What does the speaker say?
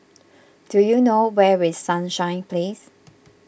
do you know where is Sunshine Place